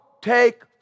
take